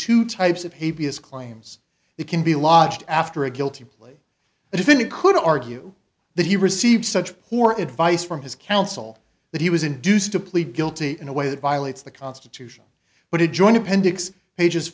two types of hay vs claims it can be lodged after a guilty plea if you could argue that he received such poor advice from his counsel that he was induced to plead guilty in a way that violates the constitution but he joined appendix pages